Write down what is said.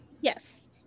yes